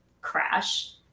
crash